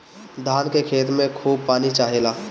धान के खेत में खूब पानी चाहेला